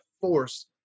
force